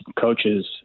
coaches